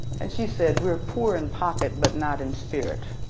and she said we're poor in pocket but not in spirit,